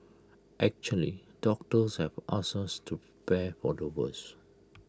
actually doctors have asked us to prepare for the worst